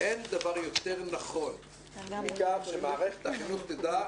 אין דבר יותר נכון מכך שמערכת החינוך תדע